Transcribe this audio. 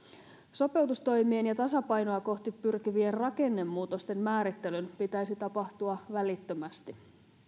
sopeutustoimien ja tasapainoa kohti pyrkivien rakennemuutosten määrittelyn pitäisi tapahtua välittömästi